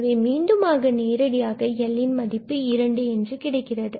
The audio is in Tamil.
எனவே மீண்டுமாக நேரடியாக L இதன் மதிப்பு 2 என்று கிடைக்கிறது